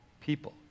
people